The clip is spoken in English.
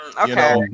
Okay